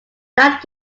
that